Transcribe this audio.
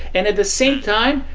and at the same time,